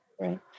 Right